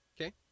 okay